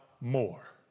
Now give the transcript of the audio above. more